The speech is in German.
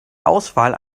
auswahl